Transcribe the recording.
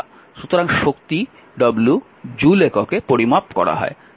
সুতরাং শক্তি জুল এককে পরিমাপ করা হয়